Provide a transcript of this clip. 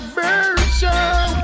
version